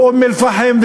באום-אלפאחם,